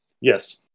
Yes